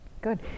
Good